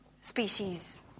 species